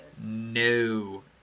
No